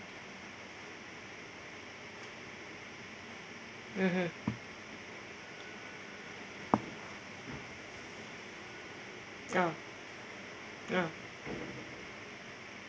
mmhmm ah ah